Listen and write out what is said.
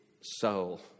soul